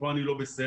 כאן אני לא בסדר.